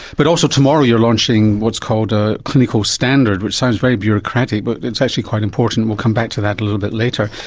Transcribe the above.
but also tomorrow you are launching what's called a clinical standard, which sounds very bureaucratic but it's actually quite important. we'll come back to that little bit later.